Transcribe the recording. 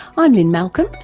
i'm lynne malcolm,